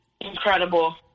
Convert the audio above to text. incredible